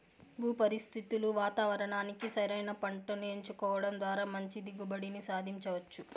భూ పరిస్థితులు వాతావరణానికి సరైన పంటను ఎంచుకోవడం ద్వారా మంచి దిగుబడిని సాధించవచ్చు